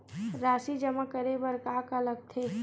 राशि जमा करे बर का का लगथे?